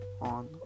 On